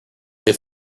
they